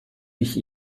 ich